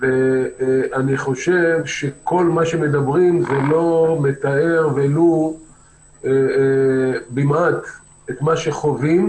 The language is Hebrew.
אני חושב שכל מה שנדבר לא מתאר ולו במעט את מה שחווים